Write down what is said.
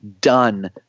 done